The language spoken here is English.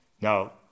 Now